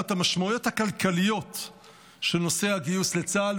את המשמעויות הכלכליות של נושא הגיוס לצה"ל.